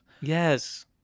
Yes